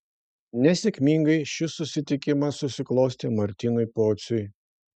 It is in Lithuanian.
nesėkmingai šis susitikimas susiklostė martynui pociui